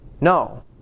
No